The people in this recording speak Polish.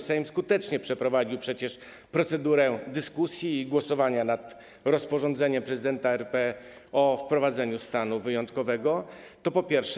Sejm skutecznie przeprowadził przecież procedurę dyskusji i głosowania nad rozporządzeniem prezydenta RP o wprowadzeniu stanu wyjątkowego, to po pierwsze.